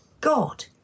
God